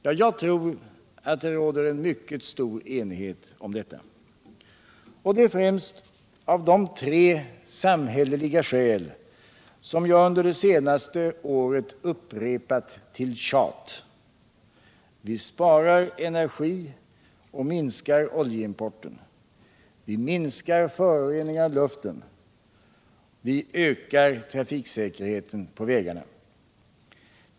Ja, jag tror att det råder mycket stor enighet därom, och detta främst av de tre samhälleliga skäl, som jag under det senaste året upprepat till tjat: 1. Vi sparar energi och minskar oljeimporten. 2. Vi minskar föroreningarna av luften. 3. Vi ökar trafiksäkerheten på vägarna.